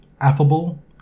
affable